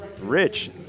Rich